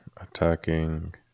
attacking